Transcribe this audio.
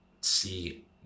see